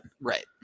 Right